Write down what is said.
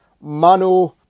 Manu